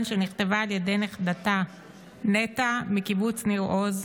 שנכתבה על ידי נכדתה נטע מקיבוץ ניר עוז.